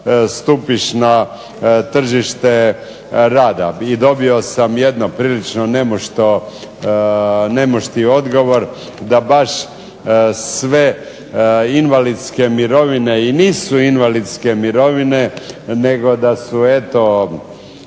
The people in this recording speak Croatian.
stupiš na tržište rada. I dobio sam jedno prilično nemušti odgovor da baš sve invalidske mirovine i nisu invalidske mirovine, nego da su eto